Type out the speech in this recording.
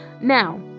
now